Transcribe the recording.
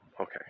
okay